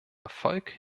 erfolg